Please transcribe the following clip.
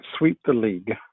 sweeptheleague